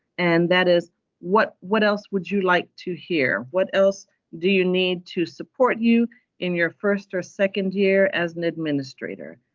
and that is what, what else would you like to hear? what else do you need to support you in your first or second year as an administrator?